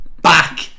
back